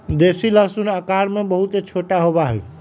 देसी लहसुन आकार में बहुत छोटा होबा हई